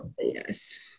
yes